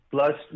Plus